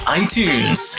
iTunes